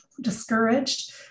discouraged